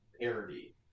parody